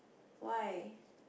why